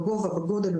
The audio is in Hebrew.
בגודל,